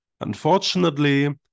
unfortunately